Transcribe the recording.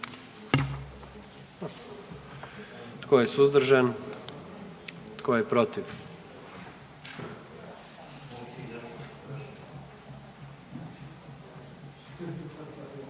Tko je suzdržan? I tko je protiv?